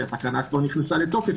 כי התקנה נכנסה לתוקף,